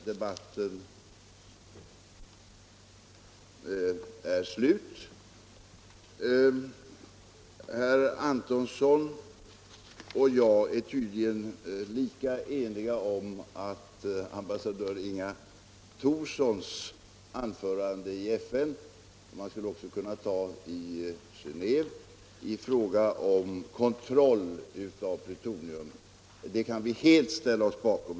Herr talman! Endast ett par synpunkter nu när den här diskussionen står inför sitt slut. Herr Antonsson och jag kan tydligen båda helt ställa oss bakom Inga Thorssons anföranden i FN och Genéve i fråga om kontroll av plutonium.